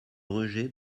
rejet